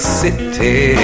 city